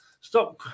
Stop